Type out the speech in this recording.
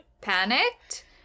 panicked